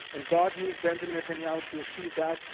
and god used benjamin netanyahu to achieve that.